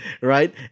right